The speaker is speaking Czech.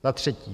Za třetí.